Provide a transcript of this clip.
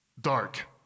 dark